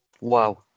Wow